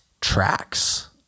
tracks